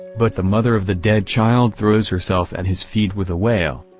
but the mother of the dead child throws herself at his feet with a wail.